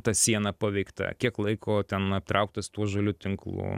ta siena paveikta kiek laiko ten aptrauktas tuo žaliu tinklu